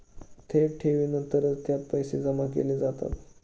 थेट ठेवीनंतरच त्यात पैसे जमा केले जातात